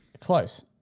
Close